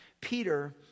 Peter